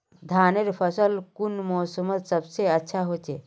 धानेर फसल कुन मोसमोत सबसे अच्छा होचे?